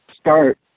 start